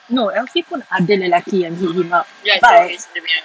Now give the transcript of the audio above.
no elfie pun ada lelaki yang hit him up but I